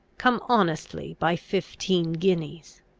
come honestly by fifteen guineas?